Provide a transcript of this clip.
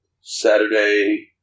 Saturday